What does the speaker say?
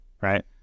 right